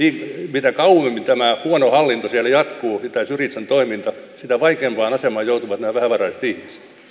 mitä kauemmin tämä huono hallinto siellä jatkuu tämä syrizan toiminta sitä vaikeampaan asemaan joutuvat nämä vähävaraiset